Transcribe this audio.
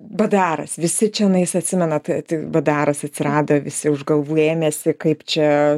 b d aras visi čionais atsimenat t b d aras atsirado visi už galvų ėmėsi kaip čia